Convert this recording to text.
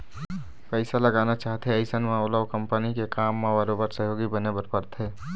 पइसा लगाना चाहथे अइसन म ओला ओ कंपनी के काम म बरोबर सहयोगी बने बर परथे